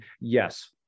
yes